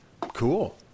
Cool